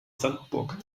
sandburg